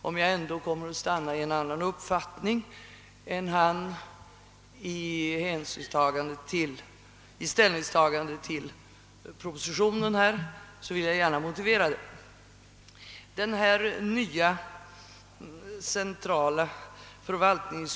Då jag ändå kommer att stanna i en annan uppfattning än han i ställningstagandet till propositionen vill jag motivera detta.